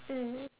mm